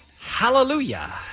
Hallelujah